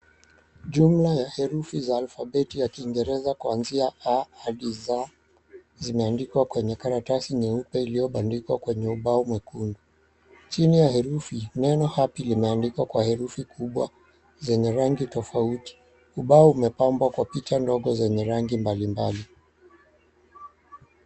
Jumla ya herufi za alfabeti ya kiingereza kuanzia A hadi Z zimeandikwa kwenye karatasi nyeupe iliyobandikwa kwenye ubao mwekundu. Chini ya herufi, neno HAPPY limeandikwa kwa herufi kubwa zenye rangi tofauti. Ubao umepambwa kwa picha ndogo zenye rangi mbalimbali.